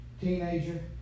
teenager